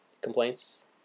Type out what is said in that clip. complaints